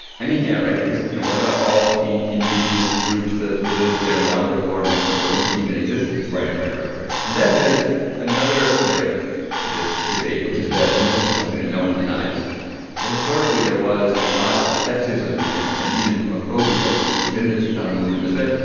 i mean, yeah, right? because, you know, what about all the indigenous groups that lived there long before mexico even existed? right, right, right, right and then there's another layer to this debate, which is that and this is something that no one denies that historically there was a lot of sexism and and even homophobia within the chicano movement as there,